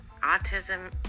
autism